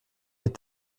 est